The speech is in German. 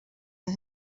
und